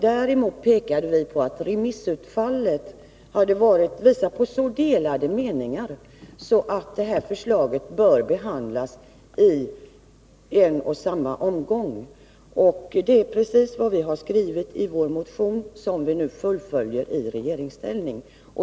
Däremot pekade vi på att remissutfallet hade visat på så delade meningar att förslaget borde behandlas i en och samma omgång. Det är precis vad vi skrev i vår motion, som vi nu fullföljer i regeringsställning.